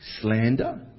slander